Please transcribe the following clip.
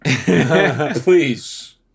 Please